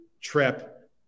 trip